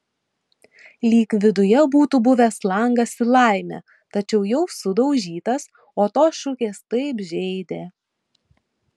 lyg viduje būtų buvęs langas į laimę tačiau jau sudaužytas o tos šukės taip žeidė